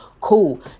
Cool